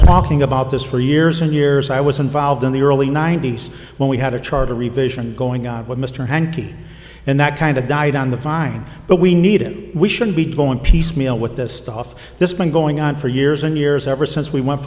talking about this for years and years i was involved in the early ninety's when we had a charter revision going out with mr hankey and that kind of died on the vine but we need it we shouldn't be going piecemeal with this stuff this been going on for years and years ever since we went